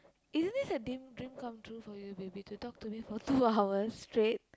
isn't this a dr~ dream come true for you baby to talk to me for two hours straight